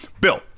Bill